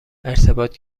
ارتباط